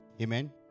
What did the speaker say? Amen